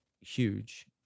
huge